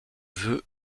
veut